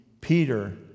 Peter